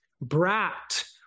brat